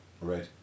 Right